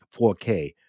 4K